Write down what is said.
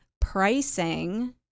pricing